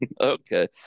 okay